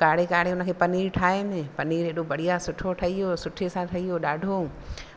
काढ़े काढ़े उन खे पनीर ठाहियुमि पनीर एॾो बढ़िया सुठो ठही वियो सुठे सां ठही वियो